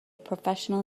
professional